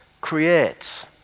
creates